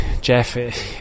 Jeff